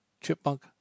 Chipmunk